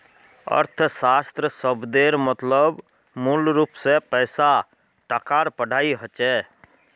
अर्थशाश्त्र शब्देर मतलब मूलरूप से पैसा टकार पढ़ाई होचे